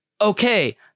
okay –